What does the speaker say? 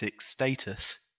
status